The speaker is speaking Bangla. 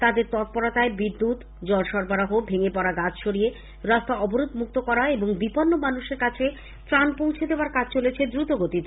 তাদের তৎপরতায় বিদ্যুৎ জল সরবরাহ ভেঙে পড়া গাছ সরিয়ে রাস্তা অবরোধ মুক্ত করা এবং বিপন্ন মানুষের কাছে ত্রান পৌঁছে দেওয়ার কাজ চলছে দ্রুত গতিতে